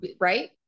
Right